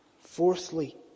Fourthly